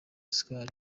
oscar